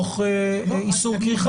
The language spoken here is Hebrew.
יש עזרה גדולה,